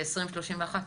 ב-2031?